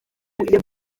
iyo